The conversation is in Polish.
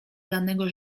lanego